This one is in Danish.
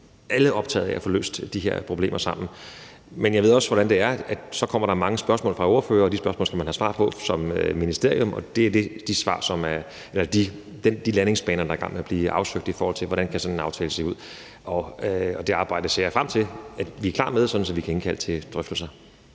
alle optaget af at få løst de her problemer, men jeg ved også, hvordan det er, i forhold til at så kommer der mange spørgsmål fra ordførere, og de spørgsmål skal man svare på som ministerium, og det er de landingsbaner, der er i gang med at blive afsøgt i forhold til, hvordan sådan en aftale kan se ud. Det arbejde ser jeg frem til at blive klar med, så vi kan indkalde til drøftelser.